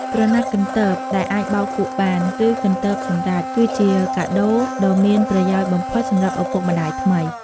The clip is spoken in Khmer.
ក្រណាត់កន្ទបដែលអាចបោកគក់បាន ឬកន្ទបសម្រេច គឺជាកាដូដ៏មានប្រយោជន៍បំផុតសម្រាប់ឪពុកម្តាយថ្មី។